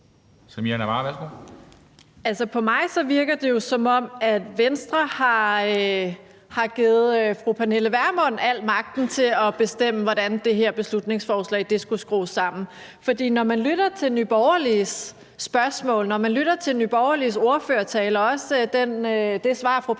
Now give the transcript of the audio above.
(RV): På mig virker det jo, som om Venstre har givet fru Pernille Vermund al magten til at bestemme, hvordan det her beslutningsforslag skulle skrues sammen. For når man lytter til Nye Borgerliges spørgsmål, når man lytter til Nye Borgerliges ordførertale og også til det svar, som fru Pernille